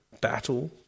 battle